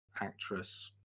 actress